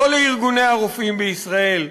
לא לארגוני הרופאים בישראל.